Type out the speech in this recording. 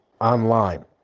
online